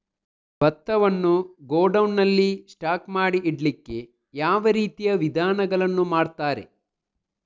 ಭತ್ತವನ್ನು ಗೋಡೌನ್ ನಲ್ಲಿ ಸ್ಟಾಕ್ ಮಾಡಿ ಇಡ್ಲಿಕ್ಕೆ ಯಾವ ರೀತಿಯ ವಿಧಾನಗಳನ್ನು ಮಾಡ್ತಾರೆ?